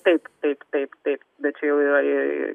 taip taip taip taip bet čia jau ir